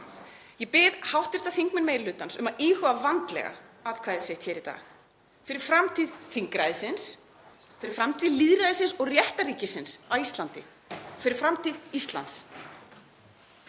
Ég bið hv. þingmenn meiri hlutans um að íhuga vandlega atkvæði sitt í dag, fyrir framtíð þingræðisins, fyrir framtíð lýðræðisins og réttarríkisins á Íslandi; fyrir framtíð Íslands.